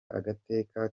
agateka